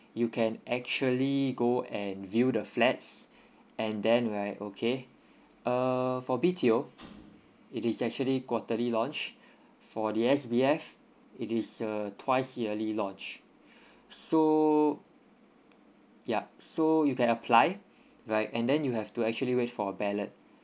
you can actually go and view the flats and then right okay uh for B_T_O it is actually quarterly launch for the S_B_F it is uh twice yearly launch so yup so you can apply right and then you have to actually wait for ballot